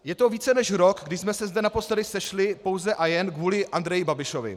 Je to více než rok, kdy jsme se zde naposledy sešli pouze a jen kvůli Andreji Babišovi.